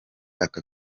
aka